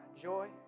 Joy